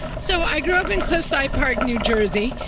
so i grew up in cliffside park, new jersey,